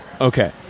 Okay